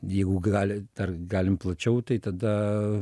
jeigu gali dar galim plačiau tai tada